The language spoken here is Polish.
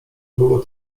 było